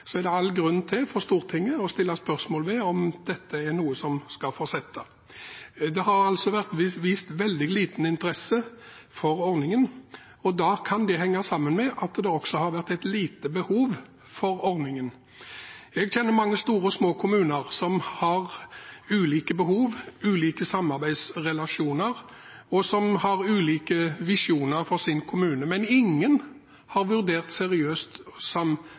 er det all grunn til for Stortinget å stille spørsmål ved om dette er noe som skal fortsette. Det har altså vært vist veldig liten interesse for ordningen, og det kan henge sammen med at det også har vært lite behov for ordningen. Jeg kjenner mange store og små kommuner som har ulike behov, ulike samarbeidsrelasjoner, og som har ulike visjoner for sin kommune, men ingen har vurdert samkommuneordningen seriøst.